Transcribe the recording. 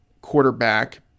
quarterback